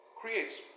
creates